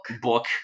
Book